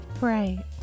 Right